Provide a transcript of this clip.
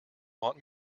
want